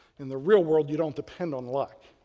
in the real world, you don't depend on luck.